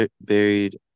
buried